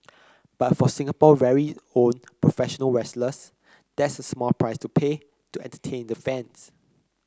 but for Singapore's very own professional wrestlers that's a small price to pay to entertain the fans